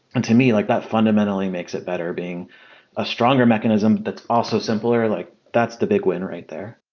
and to me, like that fundamentally makes it better being a stronger mechanism but that's also simpler. like that's the big winner right there.